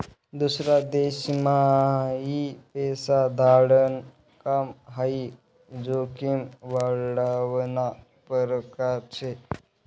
दूसरा देशम्हाई पैसा धाडाण काम हाई जोखीम वाढावना परकार शे